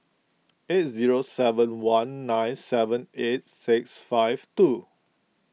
eight zero seven one nine seven eight six five two